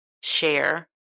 share